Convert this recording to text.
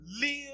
live